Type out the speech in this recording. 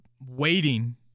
waiting